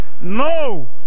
No